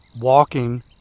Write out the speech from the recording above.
walking